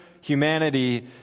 humanity